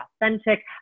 authentic